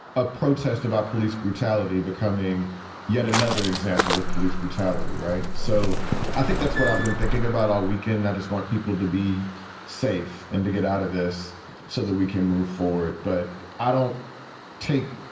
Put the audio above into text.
a protest about police brutality becoming yet another example of police brutality. right. so i think that's what i've been thinking about all weekend. i just want people to be safe and to get out of this so that we can move forward. but i don't take,